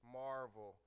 marvel